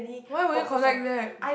why would you collect that